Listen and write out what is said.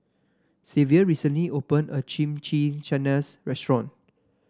Xavier recently open a Chimichangas Restaurant